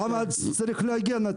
למה צריך לעגן?